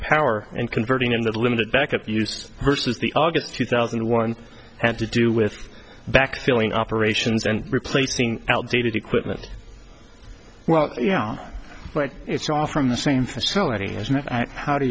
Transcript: power and converting in the limited backup use vs the august two thousand and one had to do with back filling operations and replacing outdated equipment well yeah but it's off from the same facility as how do